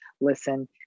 Listen